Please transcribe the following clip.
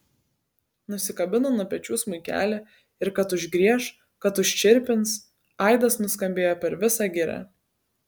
nusikabino nuo pečių smuikelį ir kad užgrieš kad užčirpins aidas nuskambėjo per visą girią